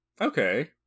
Okay